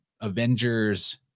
Avengers